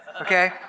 okay